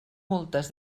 multes